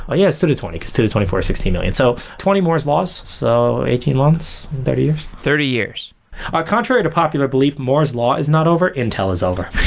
oh, yeah, it's two to twenty, because two to twenty four is sixteen million. so twenty moore's laws, so eighteen months and thirty years thirty years ah contrary to popular, belief moore's law is not over, intel is over